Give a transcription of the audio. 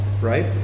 right